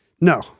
No